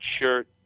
shirt